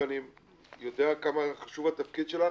ואני יודע כמה חשוב התפקיד שלך